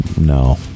No